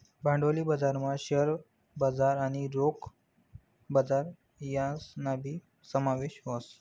भांडवली बजारमा शेअर बजार आणि रोखे बजार यासनाबी समावेश व्हस